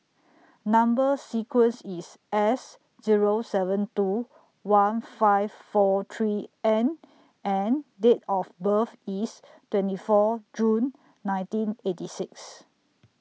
Number sequence IS S Zero seven two one five four three N and Date of birth IS twenty four June nineteen eighty six